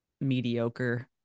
mediocre